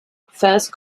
first